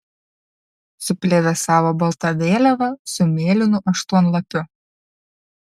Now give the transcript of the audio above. suplevėsavo balta vėliava su mėlynu aštuonlapiu